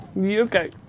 Okay